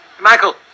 michael